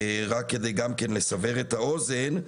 רק כדי לסבר את האוזן,